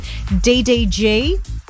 DDG